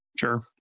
Sure